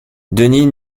denis